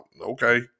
okay